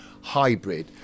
hybrid